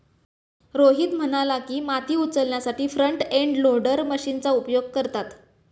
रोहित म्हणाला की, माती उचलण्यासाठी फ्रंट एंड लोडर मशीनचा उपयोग करतात